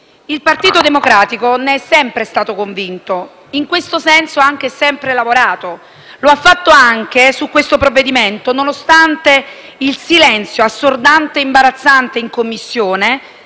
Il Partito Democratico ne è sempre stato convinto, in questo senso ha sempre lavorato e lo ha fatto anche sul provvedimento in esame, nonostante il silenzio assordante e imbarazzante delle